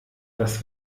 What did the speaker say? das